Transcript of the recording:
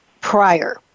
prior